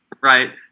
right